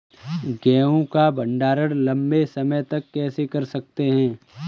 गेहूँ का भण्डारण लंबे समय तक कैसे कर सकते हैं?